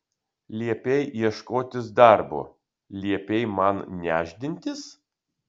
liepei ieškotis darbo liepei man nešdintis